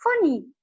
funny